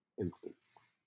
instance